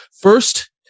First